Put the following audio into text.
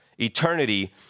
Eternity